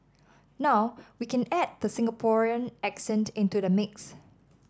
now we can add the Singaporean accent into the mix